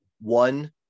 one